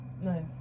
Nice